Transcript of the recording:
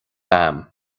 agam